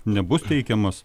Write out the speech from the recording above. nebus teikiamas